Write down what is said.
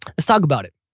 let's talk about it